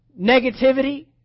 negativity